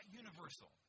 universal